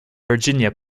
virginia